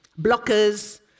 blockers